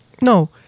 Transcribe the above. No